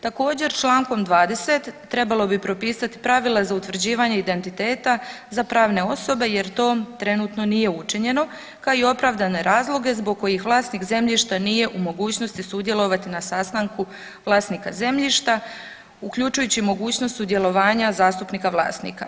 Također čl. 20. trebalo bi propisati pravila za utvrđivanje identiteta za pravne osobe jer to trenutno nije učinjeno, kao i opravdane razloge zbog kojih vlasnik zemljišta nije u mogućnosti sudjelovati na sastanku vlasnika zemljišta uključujući mogućnost sudjelovanja zastupnika vlasnika.